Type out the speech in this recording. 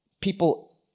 people